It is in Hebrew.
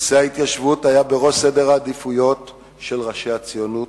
נושא ההתיישבות היה בראש סדר העדיפויות של ראשי הציונות,